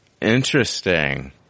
Interesting